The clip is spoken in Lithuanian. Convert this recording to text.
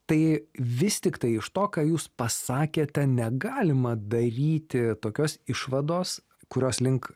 tai vis tiktai iš to ką jūs pasakėte negalima daryti tokios išvados kurios link